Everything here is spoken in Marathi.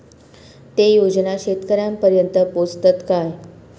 ते योजना शेतकऱ्यानपर्यंत पोचतत काय?